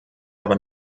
aber